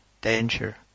danger